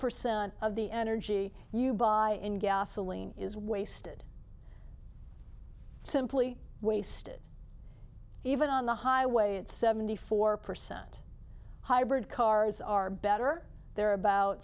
percent of the energy you buy in gasoline is wasted simply wasted even on the highway at seventy four percent hybrid cars are better there about